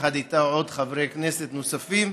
ואיתה חברי כנסת נוספים.